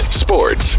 sports